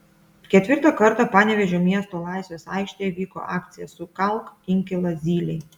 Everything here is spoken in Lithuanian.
ketvirtą kartą panevėžio miesto laisvės aikštėje vyko akcija sukalk inkilą zylei